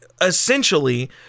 essentially